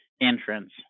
entrance